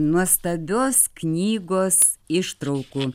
nuostabios knygos ištraukų